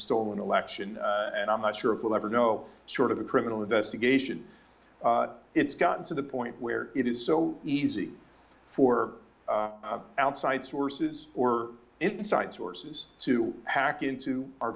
stolen election and i'm not sure if we'll ever know sort of a criminal investigation it's gotten to the point where it is so easy for outside sources or insight sources to hack into our